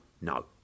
no